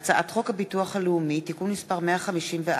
הצעת חוק הביטוח הלאומי (תיקון מס' 154)